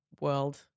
world